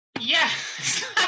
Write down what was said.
Yes